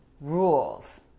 rules